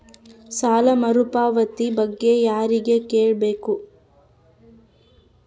ಸಾಲ ಮರುಪಾವತಿ ಬಗ್ಗೆ ಯಾರಿಗೆ ಕೇಳಬೇಕು?